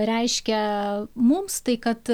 reiškia mums tai kad